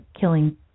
killing